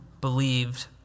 believed